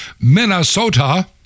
Minnesota